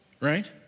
right